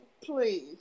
Please